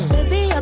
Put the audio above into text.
Baby